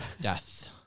Death